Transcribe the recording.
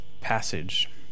passage